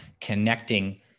connecting